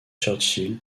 churchill